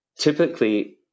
typically